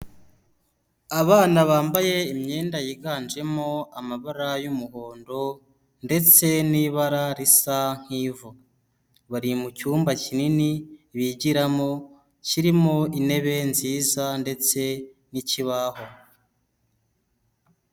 Abana bambaye imyenda yiganjemo amabara y'umuhondo ndetse n'ibara risa nk'ivu, bari mu cyumba kinini bigiramo kirimo intebe nziza ndetse n'ikibaho.